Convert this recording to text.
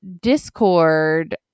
Discord